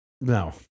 No